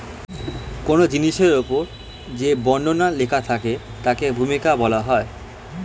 কোন জিনিসের উপর যে বর্ণনা লেখা থাকে তাকে ভূমিকা বলা হয়